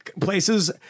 places